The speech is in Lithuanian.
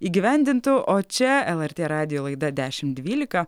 įgyvendintų o čia lrt radijo laida dešim dvylika